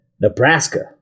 nebraska